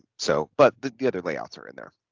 so but the the other layouts are in there